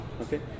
okay